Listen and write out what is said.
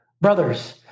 Brothers